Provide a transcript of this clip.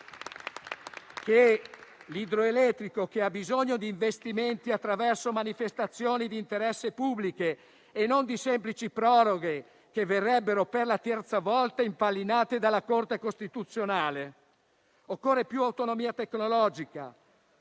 l'idroelettrico, che ha bisogno di investimenti attraverso manifestazioni di interesse pubblico, e non di semplici proroghe che verrebbero per la terza volta impallinate dalla Corte costituzionale. Occorre più autonomia tecnologica: